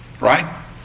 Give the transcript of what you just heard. Right